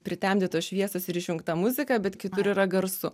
pritemdytos šviesos ir išjungta muzika bet kitur yra garsu